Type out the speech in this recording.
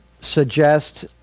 suggest